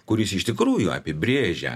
kuris iš tikrųjų apibrėžia